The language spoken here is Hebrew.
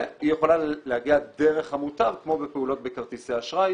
והיא יכולה להגיע דרך המוטב כמו בפעולות בכרטיסי אשראי